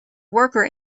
worker